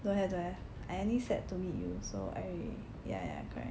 don't have don't have I already set to meet you so I ya ya ya correct